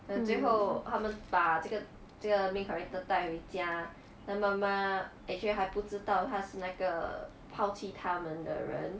then 最后他们把这个这个 main character 带回家他妈妈 actually 还不知道他是那个抛弃他们的人